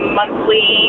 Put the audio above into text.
monthly